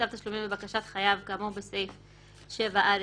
לבקשת חייב כאמור בסעיף 7א(ג),